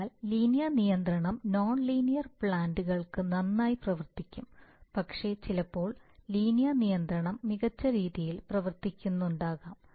അതിനാൽ ലീനിയർ നിയന്ത്രണം nonlinear plant കൾക്ക് നന്നായി പ്രവർത്തിക്കും പക്ഷേ ചിലപ്പോൾ ലീനിയർ നിയന്ത്രണം മികച്ച രീതിയിൽ പ്രവർത്തിക്കുന്നുണ്ടാകാം